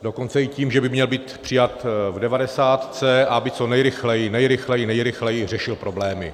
Dokonce i tím, že by měl být přijat v devadesátce, aby co nejrychleji, nejrychleji, nejrychleji řešil problémy.